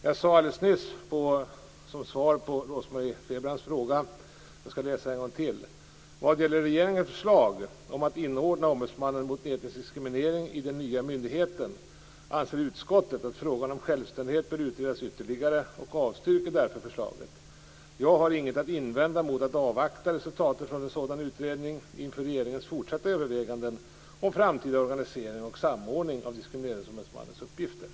Jag sade alldeles nyss som svar på Rose-Marie Frebrans fråga något som jag skall läsa en gång till: "Vad gäller regeringens förslag om att inordna Ombudsmannen mot etnisk diskriminering i den nya myndigheten, anser utskottet att frågan om självständighet bör utredas ytterligare och avstyrker därför förslaget. Jag har inget att invända mot att avvakta resultatet av en sådan utredning inför regeringens fortsatta överväganden om framtida organisering och samordning av Diskrimineringsombudsmannens uppgifter".